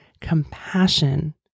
Compassion